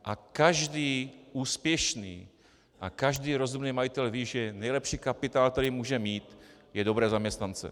A každý úspěšný a každý rozumný majitel ví, že nejlepší kapitál, který může mít, jsou dobří zaměstnanci.